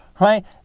right